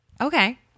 Okay